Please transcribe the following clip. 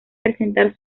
presentar